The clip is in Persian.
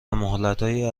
مهلتهای